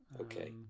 Okay